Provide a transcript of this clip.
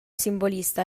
simbolista